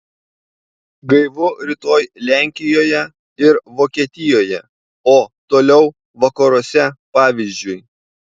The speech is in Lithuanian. gaivu rytoj lenkijoje ir vokietijoje o toliau vakaruose pavyzdžiui